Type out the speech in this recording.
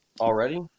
already